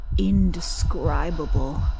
indescribable